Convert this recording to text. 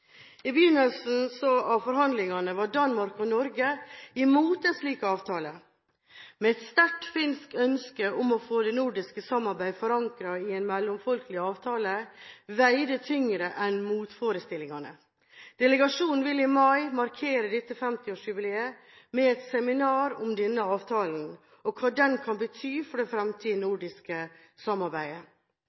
I begynnelsen av forhandlingene var Danmark og Norge imot en slik avtale. Men et sterkt finsk ønske om å få det nordiske samarbeidet forankret i en mellomfolkelig avtale veide tyngre enn motforestillingene. Delegasjonen vil i mai markere dette 50-årsjubileet med et seminar om denne avtalen og hva den kan bety for det fremtidige nordiske samarbeidet.